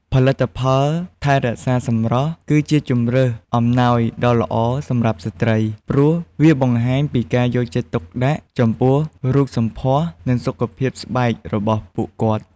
ផលិតផលថែរក្សាសម្រស់គឺជាជម្រើសអំណោយដ៏ល្អសម្រាប់ស្ត្រី ព្រោះវាបង្ហាញពីការយកចិត្តទុកដាក់ចំពោះរូបសម្ផស្ស និងសុខភាពស្បែករបស់ពួកគាត់។